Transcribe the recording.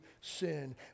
sin